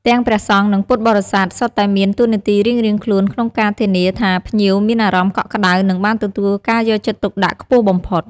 នេះជាការបង្ហាញពីតម្លៃដ៏ល្អផូរផង់នៃពុទ្ធសាសនា។